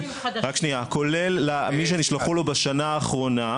כולל למי שנשלחו לו בשנה האחרונה,